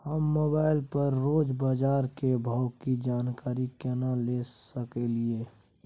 हम मोबाइल पर रोज बाजार के भाव की जानकारी केना ले सकलियै?